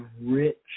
rich